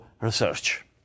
research